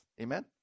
Amen